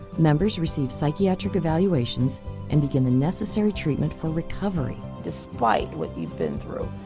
members receive psychiatric evaluations and begin the necessary treatment for recovery. despite what you've been through,